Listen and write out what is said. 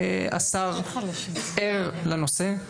השר ער לנושא,